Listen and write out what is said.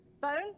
Bone